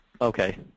Okay